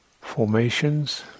formations